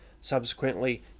Subsequently